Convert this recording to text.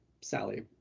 Sally